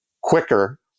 quicker